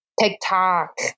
TikTok